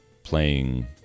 playing